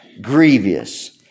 grievous